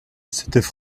s’étaient